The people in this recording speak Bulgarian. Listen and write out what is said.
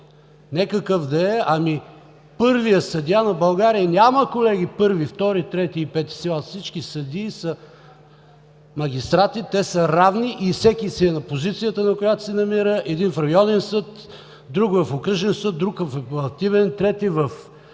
не какъв да е, а „първият съдия на България“. Няма колеги, първи, втори, трети и пети. Всички съдии са магистрати, те са равни и всеки си е на позицията, на която се намира – един в районен съд, друг в окръжен съд, друг в апелативен, трети в